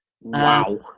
Wow